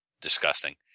disgusting